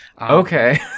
Okay